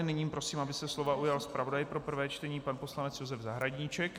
Nyní prosím, aby se slova ujal zpravodaj pro prvé čtení pan poslanec Josef Zahradníček.